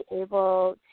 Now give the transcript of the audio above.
able